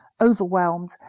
overwhelmed